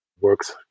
works